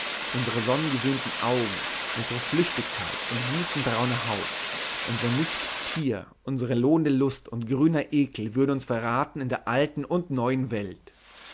unsere sonnengewöhnten augen unsere flüchtigkeit und wüstenbraune haut unser nicht tier unsere lohende lust und grüner ekel würde uns verraten in der alten und neuen welt